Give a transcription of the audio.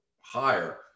higher